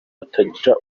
hatagira